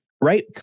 right